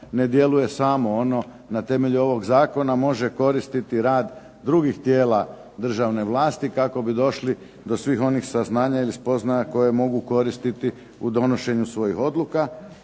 ne djeluje samo. Ono na temelju ovog zakona može koristiti rad drugih tijela državne vlasti kako bi došli do svih onih saznanja ili spoznaja koje mogu koristiti u donošenju svojih odluka.